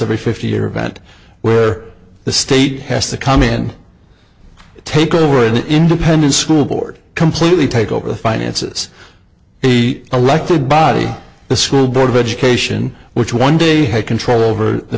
a fifty year event where the state has to come in take over an independent school board completely take over the finances eight elected body the school board of education which one day had control over the